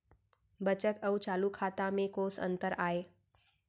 बचत अऊ चालू खाता में कोस अंतर आय?